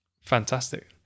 fantastic